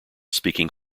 speaking